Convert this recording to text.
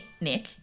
nick